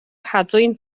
cadwyn